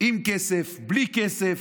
עם כסף, בלי כסף,